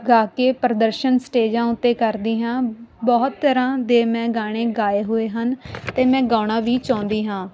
ਗਾ ਕੇ ਪ੍ਰਦਰਸ਼ਨ ਸਟੇਜਾਂ ਉੱਤੇ ਕਰਦੀ ਹਾਂ ਬਹੁਤ ਤਰ੍ਹਾਂ ਦੇ ਮੈਂ ਗਾਣੇ ਗਾਏ ਹੋਏ ਹਨ ਅਤੇ ਮੈਂ ਗਾਉਣਾ ਵੀ ਚਾਹੁੰਦੀ ਹਾਂ